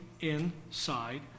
inside